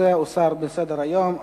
הנושא הוסר מסדר-היום.